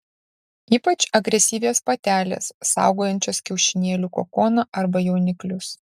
ypač agresyvios patelės saugojančios kiaušinėlių kokoną arba jauniklius